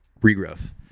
regrowth